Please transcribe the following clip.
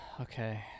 okay